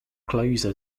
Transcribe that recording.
closer